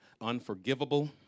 unforgivable